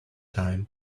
time